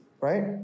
right